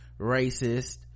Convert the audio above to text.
racist